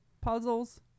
puzzles